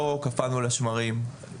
לא קפאנו על השמרים,